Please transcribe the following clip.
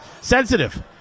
sensitive